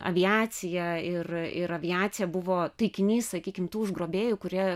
aviacija ir ir aviacija buvo taikinys sakykim tų užgrobėjų kurie